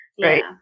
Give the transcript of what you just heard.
right